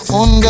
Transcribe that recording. on